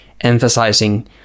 emphasizing